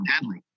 deadly